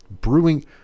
brewing